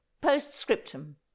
Postscriptum